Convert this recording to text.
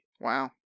Wow